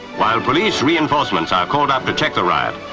while police reinforcements are called up to check the riot,